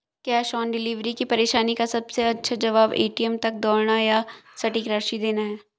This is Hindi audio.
कैश ऑन डिलीवरी की परेशानी का सबसे अच्छा जवाब, ए.टी.एम तक दौड़ना या सटीक राशि देना है